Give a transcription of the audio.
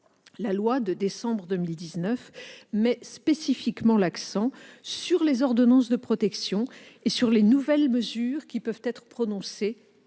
La loi de décembre 2019 met spécifiquement l'accent sur les ordonnances de protection et sur les nouvelles mesures qui peuvent être prononcées